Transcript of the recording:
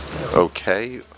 Okay